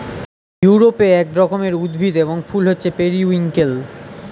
ইউরোপে এক রকমের উদ্ভিদ এবং ফুল হচ্ছে পেরিউইঙ্কেল